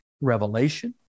revelation